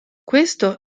questo